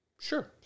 Sure